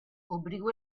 obriu